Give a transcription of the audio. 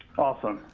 awesome,